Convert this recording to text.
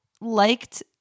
liked